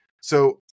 So-